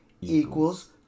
equals